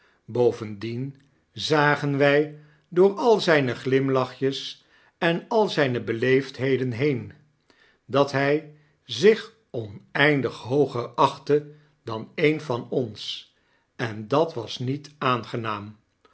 bovendien zagen wy door al zyne glimlachjes en al zyne beleefdheden heen dat hy zich oneindig hooger achtte dan een van ons en dat was niet aangenaam